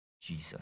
Jesus